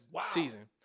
season